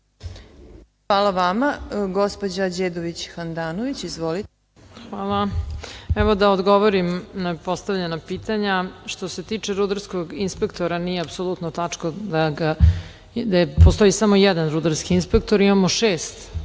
Izvolite. **Dubravka Đedović Handanović** Hvala. Evo, da odgovorim na postavljena pitanja. Što se tiče rudarskog inspektora, nije apsolutno tačno da postoji samo jedan rudarski inspektor. Imamo šest